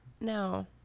No